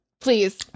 Please